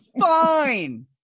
fine